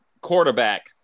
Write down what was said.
quarterback